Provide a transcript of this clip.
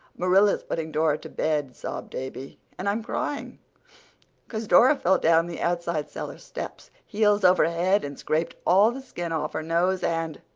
marilla's putting dora to bed, sobbed davy, and i'm crying cause dora fell down the outside cellar steps, heels over head, and scraped all the skin off her nose, and